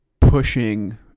pushing